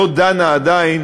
לא דנה עדיין